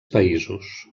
països